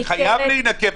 זה חייב להיאמר.